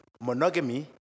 monogamy